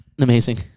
Amazing